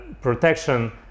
protection